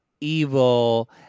evil